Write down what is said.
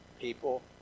People